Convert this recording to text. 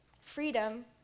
freedom